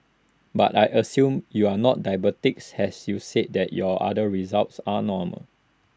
but I assume you are not diabetics as you said that your other results are normal